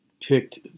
picked